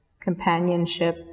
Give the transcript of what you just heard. Companionship